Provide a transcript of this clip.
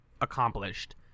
accomplished